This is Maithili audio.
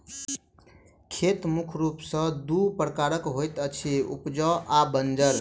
खेत मुख्य रूप सॅ दू प्रकारक होइत अछि, उपजाउ आ बंजर